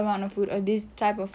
for the rest of my life